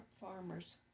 farmers